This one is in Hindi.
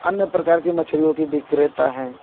अन्य प्रकार के मछलियों के विक्रेता हैं